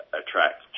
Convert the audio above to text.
attract